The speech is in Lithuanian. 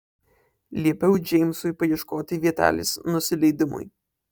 liepiau džeimsui paieškoti vietelės nusileidimui